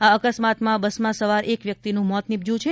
આ અકસ્માતમાં બસમાં સવાર એક વ્યક્તિનું મોત નિપજયું છે